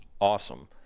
awesome